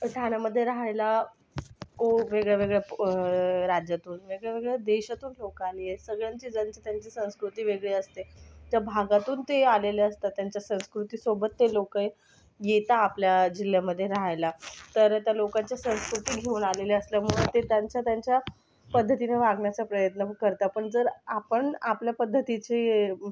ठाण्यामध्ये राहायला खूप वेगळ्या वेगळ्या राज्यातून वेगळ्या वेगळ्या देशातून लोकं आली आहेत सगळ्यांची ज्यांची त्यांची संस्कृती वेगळी असते त्या भागातून ते आलेले असतात त्यांच्या संस्कृतीसोबत ते लोकं येतात आपल्या जिल्ह्यामध्ये राहायला तर त्या लोकाच्या संस्कृती घेऊन आलेले असल्यामुळे ते त्यांच्या त्यांच्या पद्धतीने वागण्याचा प्रयत्न करतात पण जर आपण आपल्या पद्धतीचे